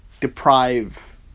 deprive